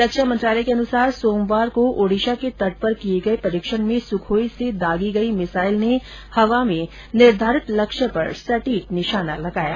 रक्षा मंत्रालय के अनुसार सोमवार को ओडिशा के तट पर किए गए परीक्षण में सुखोई से दागी गई मिसाइल ने हवा में निर्धारित लक्ष्य पर सटीक निशाना लगाया